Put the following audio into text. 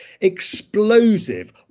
explosive